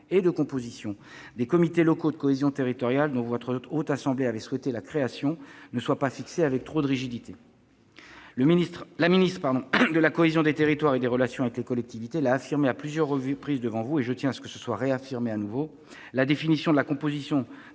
et de composition des comités locaux de cohésion territoriale, dont la Haute Assemblée avait souhaité la création, ne soient pas fixées avec trop de rigidité. La ministre de la cohésion des territoires et des relations avec les collectivités territoriales l'a affirmé à plusieurs reprises, et je tiens à le réaffirmer devant vous : la définition de la composition de